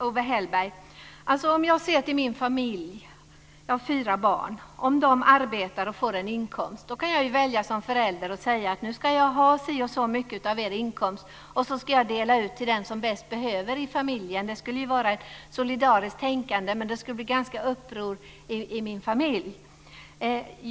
Fru talman! Owe Hellberg, jag kan se till min familj. Jag har fyra barn. Om de arbetar och får en inkomst kan jag som förälder välja att säga: Nu ska jag ha si och så mycket av er inkomst. Sedan ska jag dela ut till den som bäst behöver i familjen. Det skulle vara ett solidariskt tänkande, men det skulle bli ganska upproriskt i min familj.